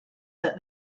that